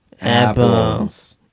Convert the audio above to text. Apples